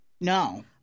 No